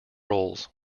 roles